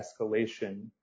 escalation